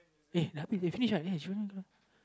uh they finish